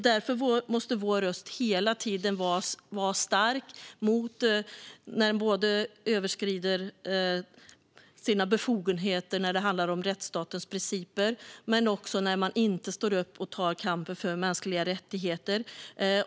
Därför måste vår röst hela tiden vara stark när övergrepp sker, både när det handlar om rättsstatens principer och när man inte står upp och tar kampen för mänskliga rättigheter.